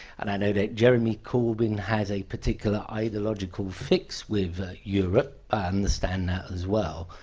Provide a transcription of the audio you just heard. and i know that jeremy corbyn has a particular ideological fix with europe. i understand that as well.